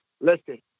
listen